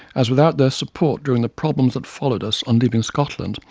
as without their support during the problems that followed us on leaving scotland,